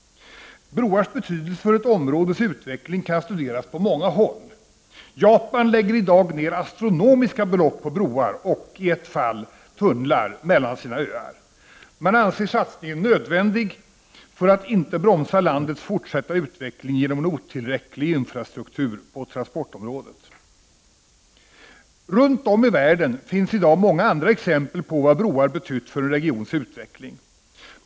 Broars betydelse för ett områdes utveckling kan studeras på många håll. Japan lägger i dag ner astronomiska belopp på broar och — i ett fall — tunnlar mellan sina öar. Man anser att satsningarna är nödvändiga för att landets fortsatta utveckling inte skall bromsas genom en otillräcklig infrastruktur på transportområdet. Runt om i världen finns i dag många andra exempel på vad broar betytt för en regions utveckling.